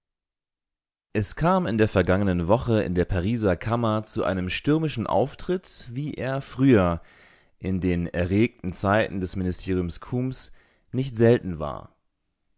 es kam in der vergangenen woche in der pariser kammer zu einem stürmischen auftritt wie er früher in den erregten zeiten des ministeriums combes nicht selten war